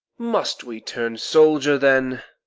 must we turn soldier, then?